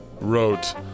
wrote